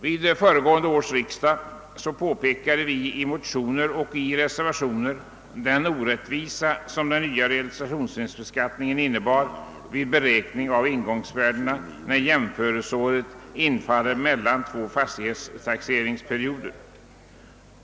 Vid föregående års riksdag påpekade vi i motioner och reservationer den orättvisa som den nya realisationsvinstbeskattningen innebär vid beräkning av ingångsvärdena då jämförelseåret infaller mellan två fastighetstaxeringsperioder.